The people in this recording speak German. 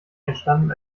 entstanden